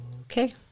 okay